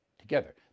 together